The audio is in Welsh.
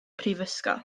prifysgol